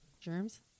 germs